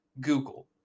Google